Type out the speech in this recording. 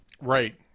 Right